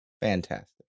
Fantastic